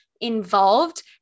involved